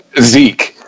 Zeke